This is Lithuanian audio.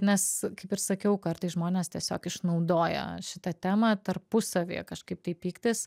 nes kaip ir sakiau kartais žmonės tiesiog išnaudoja šitą temą tarpusavyje kažkaip tai pyktis